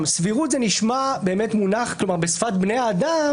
סבירות זה נשמע מונח בשפת בני האדם,